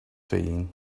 saying